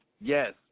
Yes